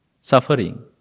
Suffering